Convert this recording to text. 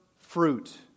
fruit